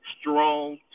strong